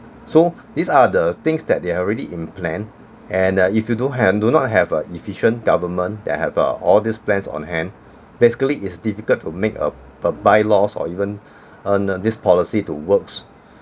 so these are the things that they're already in plan and uh if you do hand~ do not have a efficient government that have uh all these plans on hand basically it's difficult to make a by by-laws or even even this policy to works